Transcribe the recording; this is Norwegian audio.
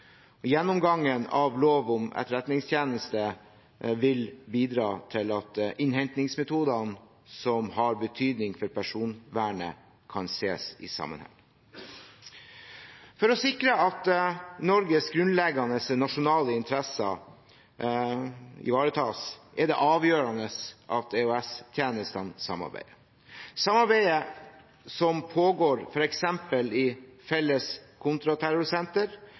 gjennomgangen av lov om Etterretningstjenesten vil bidra til at innhentingsmetodene som har betydning for personvernet, kan ses i sammenheng. For å sikre at Norges grunnleggende nasjonale interesser ivaretas er det avgjørende at EOS-tjenestene samarbeider. Samarbeidet som pågår, f.eks. i Felles kontraterrorsenter